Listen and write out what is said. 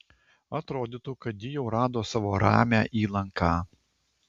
atrodytų kad ji jau rado savo ramią įlanką